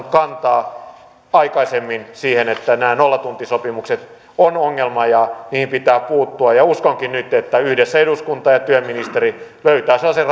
kantaa aikaisemmin siihen että nämä nollatuntisopimukset ovat ongelma ja niihin pitää puuttua uskonkin nyt että yhdessä eduskunta ja työministeri löytävät sellaisen